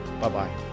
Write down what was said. Bye-bye